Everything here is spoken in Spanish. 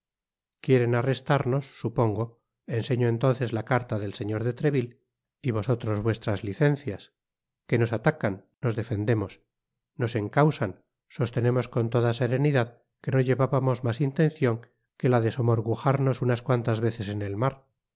quieren arrestarnos supongo enseño entonces la carta del señor de treville y vosotros vuestras licencias que nos atacan nos defendemos nos encausan sostenemos con toda serenidad que no llevábamos mas intencion que la de somorgujarnos unas cuantas veces en el mar